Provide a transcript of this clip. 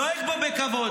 נוהג בו בכבוד.